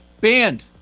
banned